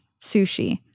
Sushi